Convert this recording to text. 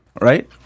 Right